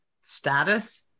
status